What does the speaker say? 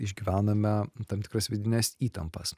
išgyvename tam tikras vidines įtampas